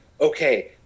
okay